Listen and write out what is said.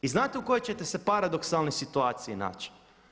I znate u kojoj ćete se paradoksalnoj situaciji naći?